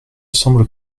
semble